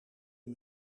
een